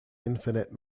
infinite